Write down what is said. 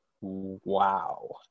wow